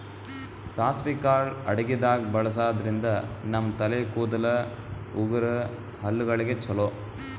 ಸಾಸ್ವಿ ಕಾಳ್ ಅಡಗಿದಾಗ್ ಬಳಸಾದ್ರಿನ್ದ ನಮ್ ತಲೆ ಕೂದಲ, ಉಗುರ್, ಹಲ್ಲಗಳಿಗ್ ಛಲೋ